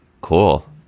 cool